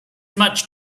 much